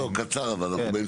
קצר אבל.